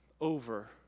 over